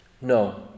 No